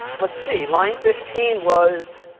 let's see line fifteen was